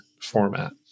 format